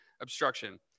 obstruction